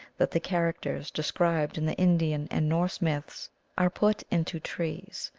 that the characters described in the indian and norse myths are put into trees.